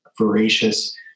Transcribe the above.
voracious